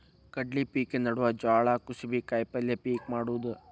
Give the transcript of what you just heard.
ಕಡ್ಲಿ ಪಿಕಿನ ನಡುವ ಜ್ವಾಳಾ, ಕುಸಿಬಿ, ಕಾಯಪಲ್ಯ ಪಿಕ್ ಮಾಡುದ